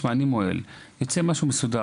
תשמע: אני מוהל אני רוצה משהו מסודר.